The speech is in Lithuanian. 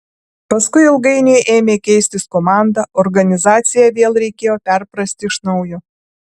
paskui ilgainiui ėmė keistis komanda organizaciją vėl reikėjo perprasti iš naujo